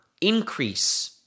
increase